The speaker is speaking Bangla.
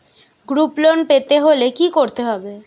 গ্রুপ লোন পেতে হলে কি করতে হবে?